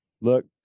Look